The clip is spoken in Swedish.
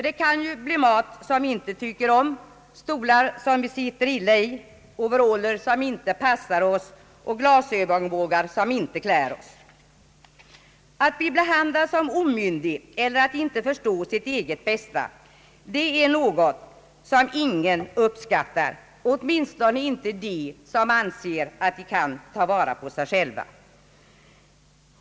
Det kan ju bli mat som vi inte tycker om, stolar som vi sitter illa i, overaller som inte passar oss och glasögonbågar som inte klär oss. Att bli behandlad som en omyndig, vilken inte förstår sitt eget bästa, är något som ingen uppskattar, åtminstone inte de som anser att de kan ta vara på sig själva.